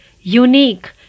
Unique